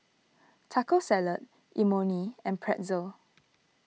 Taco Salad Imoni and Pretzel